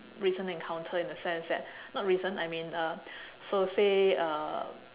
recent encounter in the sense that not recent I mean uh so say uh